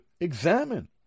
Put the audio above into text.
examine